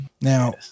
Now